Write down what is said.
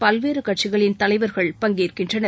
பல்வேறு கட்சிகளின் தலைவர்கள் பங்கேற்கின்றனர்